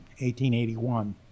1881